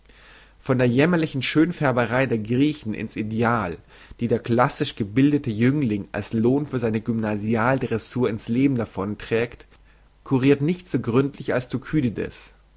von der jämmerlichen schönfärberei der griechen in's ideal die der klassisch gebildete jüngling als lohn für seine gymnasial dressur in's leben davonträgt kurirt nichts so gründlich als thukydides